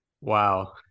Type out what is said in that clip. wow